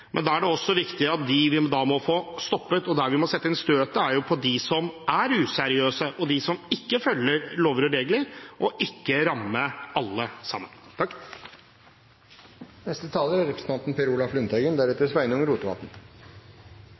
men da er det viktig at dem vi da må få stoppet, og som vi må sette inn støtet på, er dem som er useriøse, og dem som ikke følger lover og regler – og ikke ramme alle. Det er stor avstand i denne saken. Det er